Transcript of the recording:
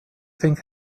think